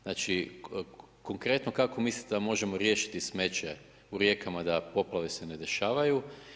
Znači konkretno kako mislite da možemo riješiti smeće u rijekama da poplave se ne dešavaju.